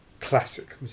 classic